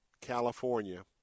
California